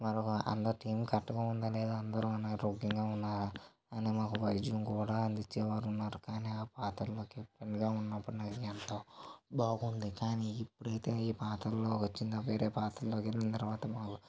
మరో అందరు టీమ్ కరెక్టుగా ఉందా లేదా అందరు అనారోగ్యంగా ఉన్నారా అని మాకు వైద్యం కూడా అందించేవారు ఉన్నారు కానీ ఆ పాత్రలో కెప్టెన్ గా ఉన్నప్పుడు నాకు ఎంతో బాగుంది కానీ ఇప్పుడైతే ఈ పాత్రలో వచ్చిన తర్వాత వేరే పాత్రలో వెళ్ళిన తరువాత